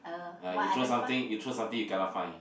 uh you throw something you throw something you kena fine